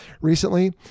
recently